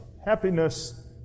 happiness